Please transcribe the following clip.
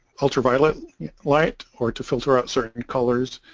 ultraviolet light or to filter out certain colors